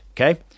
okay